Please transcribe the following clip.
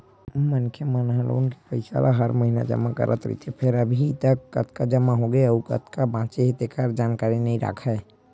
मनखे ह लोन के पइसा ल हर महिना जमा करत रहिथे फेर अभी तक कतका जमा होगे अउ कतका बाचे हे तेखर जानकारी नइ राखय